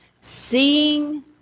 Seeing